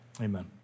amen